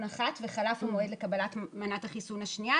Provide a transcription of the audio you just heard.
אחד וחלף המועד לקבלת מנת החיסון השנייה.